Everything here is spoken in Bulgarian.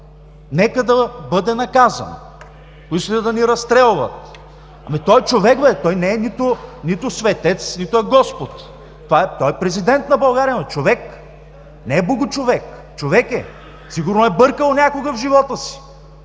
нека да бъде наказан, ако искат да ни разстрелват. Ами той е човек, бе, не е нито светец, нито е Господ. Той е президент на България, но е човек. Не е богочовек. Човек е. Сигурно е бъркал някога в живота си.